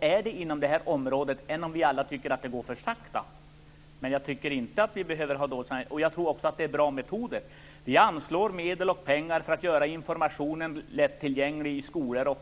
är det inom det här området, även om vi alla tycker att det går för sakta. Jag tycker inte att vi behöver ha dåligt samvete. Jag tror också att det är bra metoder. Vi anslår medel för att göra informationen lättillgänglig i skolor.